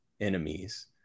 enemies